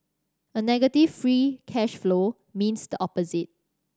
a negative free cash flow means the opposite